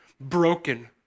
broken